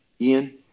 Ian